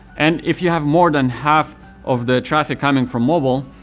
and if you have more than half of the traffic coming from mobile,